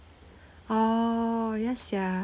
oh yes sia